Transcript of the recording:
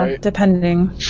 depending